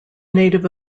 native